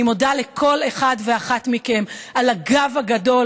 אני מודה לכל אחד ואחת מכם על הגב הגדול